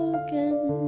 again